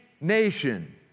nation